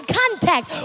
contact